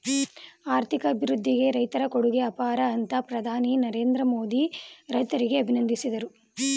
ಆರ್ಥಿಕ ಅಭಿವೃದ್ಧಿಗೆ ರೈತರ ಕೊಡುಗೆ ಅಪಾರ ಅಂತ ಪ್ರಧಾನಿ ನರೇಂದ್ರ ಮೋದಿ ರೈತರಿಗೆ ಅಭಿನಂದಿಸಿದರು